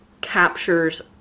captures